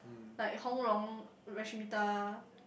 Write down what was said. like Hong Rong Rasmita